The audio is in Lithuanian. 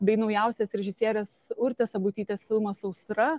bei naujausias režisierės urtės sabutytės filmas sausra